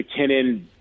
McKinnon